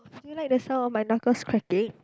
do you like the sound of my knuckles cracking